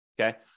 okay